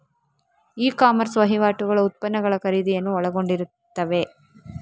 E commerce ವಹಿವಾಟುಗಳು ಉತ್ಪನ್ನಗಳ ಖರೀದಿಯನ್ನು ಒಳಗೊಂಡಿರುತ್ತವೆ